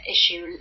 issue